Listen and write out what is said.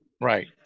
Right